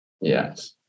Yes